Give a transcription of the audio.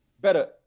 better